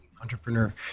entrepreneur